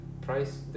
price